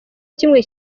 kimwe